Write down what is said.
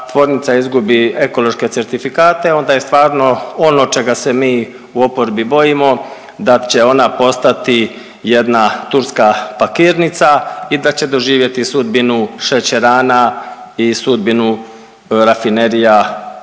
tvornica izgubi ekološke certifikate onda je stvarno ono čega se mi u oporbi bojimo da će ona postati jedna turska pakirnica i da će doživjeti sudbinu šećerana i sudbinu rafinerija